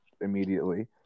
immediately